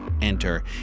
enter